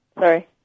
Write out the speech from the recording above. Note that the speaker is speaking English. Sorry